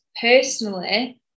personally